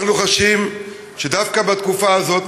אנחנו חשים שדווקא בתקופה הזאת,